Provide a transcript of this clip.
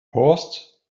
paused